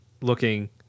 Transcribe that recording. looking